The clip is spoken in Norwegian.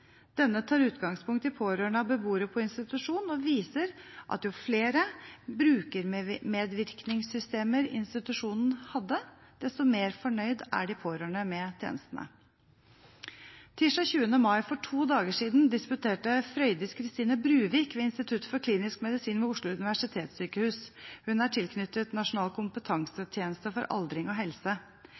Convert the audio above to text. Denne tar utgangspunkt i pårørende av beboere på institusjon og viser at jo flere brukermedvirkningssystemer institusjonen hadde, desto mer fornøyd er de pårørende med tjenestene. Tirsdag 20. mai, for to dager siden, disputerte Frøydis Kristine Bruvik ved Institutt for klinisk medisin ved Oslo universitetssykehus. Hun er tilknyttet Nasjonal kompetansetjeneste for aldring og helse.